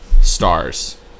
stars